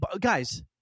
Guys